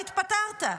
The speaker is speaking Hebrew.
למה התפטרת?